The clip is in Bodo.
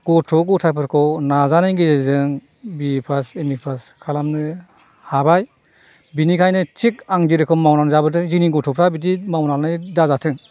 गथ' गथायफोरखौ नाजानायनि गेजेरजों B A pass M A pass खालामनो हाबाय बेनिखायनो थिग आंगि रोखोम मावनानै जाबोदों जोंनि गथ'फोरा बिदि मावनानै दाजाथों